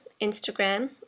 Instagram